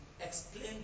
explain